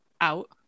out